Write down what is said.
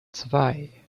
zwei